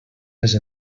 les